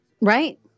Right